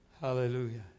hallelujah